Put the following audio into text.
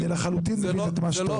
אני לחלוטין מבין את מה שאתה אומר.